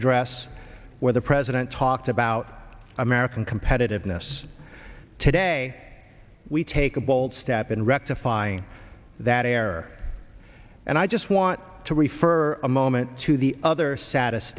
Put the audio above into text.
address where the president talked about american competitiveness today we take a bold step in rectifying that air and i just want to refer a moment to the other s